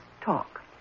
talk